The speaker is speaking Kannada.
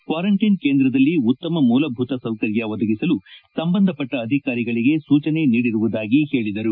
ಕ್ವಾರಂಟೈನ್ ಕೇಂದ್ರದಲ್ಲಿ ಉತ್ತಮ ಮೂಲಭೂತ ಸೌಕರ್ಯ ಒದಗಿಸಲು ಸಂಬಂಧಪಟ್ಟ ಅಧಿಕಾರಿಗಳಿಗೆ ಸೂಚನೆ ನೀಡಿರುವುದಾಗಿ ಹೇಳಿದರು